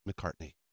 McCartney